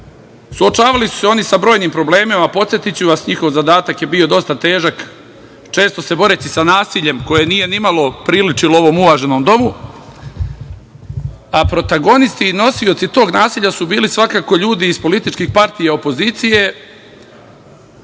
su se oni sa brojnim problemima. Podsetiću vas, njihov zadatak je bio dosta težak, često se boreći sa nasiljem koje nije nimalo priličilo ovom uvaženom domu, a protagonisti i nosioci tog nasilja su bili svakako ljudi iz političkih partija opozicije,